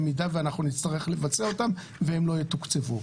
במידה שנצטרך לבצע אותם והם לא יתוקצבו.